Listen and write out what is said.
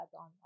on